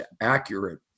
accurate